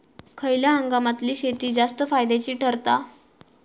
खयल्या हंगामातली शेती जास्त फायद्याची ठरता?